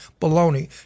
baloney